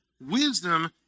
wisdom